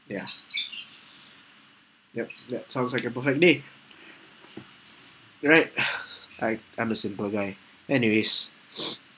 ya ya that sounds like a perfect day alright I I'm a simple guy anyways